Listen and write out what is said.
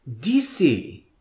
DC